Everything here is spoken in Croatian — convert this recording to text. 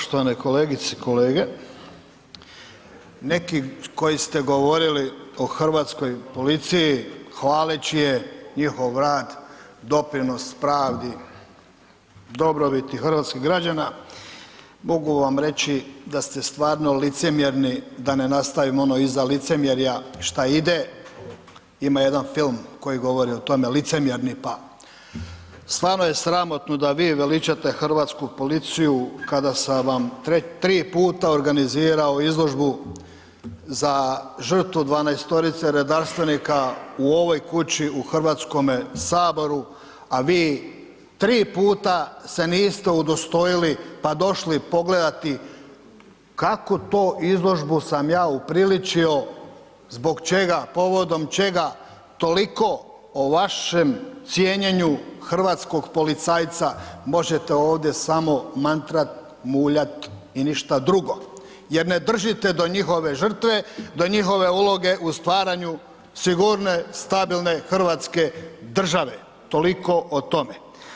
Poštovane kolegice, kolege, neki koji ste govorili o hrvatskoj policiji hvaleći je, njihov rad, doprinos pravdi, dobrobiti hrvatskih građana, mogu vam reći da ste stvarno licemjerni da ne nastavim ono iza licemjerja šta ide, ima jedan film koji govori o tome Licemjerni pa, stvarno je sramotno da vi veličate hrvatsku policiju kada sam vam tri puta organizirao izložbu za žrtvu 12-orice redarstvenika u ovoj kući, u HS, a vi tri puta se niste udostojili, pa došli pogledati kakvu to izložbu sam ja upriličio, zbog čega, povodom čega, toliko o vašem cijenjenju hrvatskog policajca, možete ovdje samo mantrat, muljat i ništa drugo jer ne držite do njihove žrtve, do njihove uloge u stvaranju sigurne stabilne hrvatske države, toliko o tome.